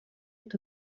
est